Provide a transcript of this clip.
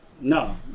No